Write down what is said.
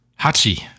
Hachi